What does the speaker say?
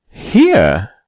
here.